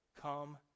Come